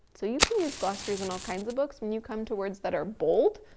so you can use glossaries and all kinds of books when you come to words that are bold,